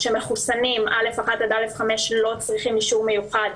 שמחוסנים עם אשרה א/1 עד א/5 לא צריכים אישור מיוחד